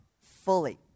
Fully